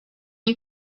you